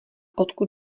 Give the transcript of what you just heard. odkud